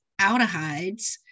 aldehydes